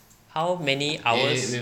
how many hours